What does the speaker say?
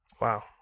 Wow